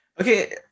Okay